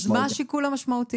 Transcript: אז מה השיקול המשמעותי?